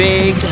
Big